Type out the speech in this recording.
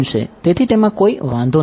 તેથી તેમાં કોઈ વાંધો નથી